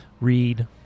Read